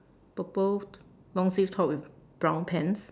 purple long sleeve top with brown pants